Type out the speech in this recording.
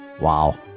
Wow